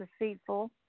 deceitful